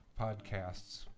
podcasts